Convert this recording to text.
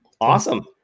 Awesome